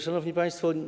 Szanowni Państwo!